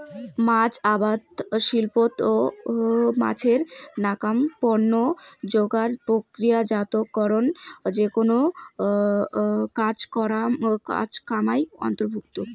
মাছ আবাদ শিল্পত মাছের নাকান পণ্য যোগার, প্রক্রিয়াজাতকরণ যেকুনো কাজ কামাই অন্তর্ভুক্ত